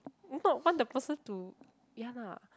not want the person to ya lah